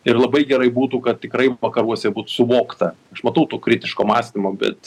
ir labai gerai būtų kad tikrai vakaruose būt suvokta aš matau to kritiško mąstymo bet